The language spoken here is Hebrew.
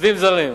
עובדים זרים,